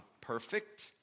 perfect